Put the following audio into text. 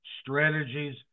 strategies